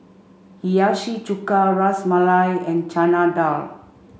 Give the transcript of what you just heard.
Hiyashi Chuka Ras Malai and Chana Dal